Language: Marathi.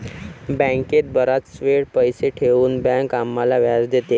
बँकेत बराच वेळ पैसे ठेवून बँक आम्हाला व्याज देते